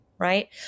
right